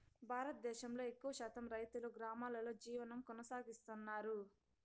భారతదేశంలో ఎక్కువ శాతం రైతులు గ్రామాలలో జీవనం కొనసాగిస్తన్నారు